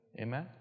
Amen